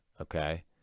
okay